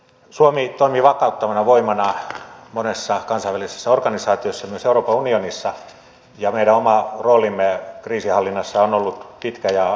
suomi toimii vakauttavana voimana monessa kansainvälisessä organisaatiossa myös euroopan unionissa ja meidän oma roolimme kriisinhallinnassa on ollut pitkä ja merkittävä